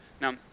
Now